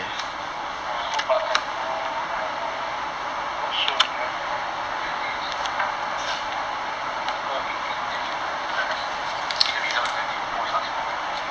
I hope but I have to I have to not soon have to at least err after eighteen then you will select see the results than they choose us lor